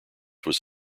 was